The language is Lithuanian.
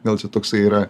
gal čia toksai yra